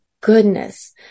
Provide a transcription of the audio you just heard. goodness